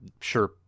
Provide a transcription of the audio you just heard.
sure